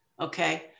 okay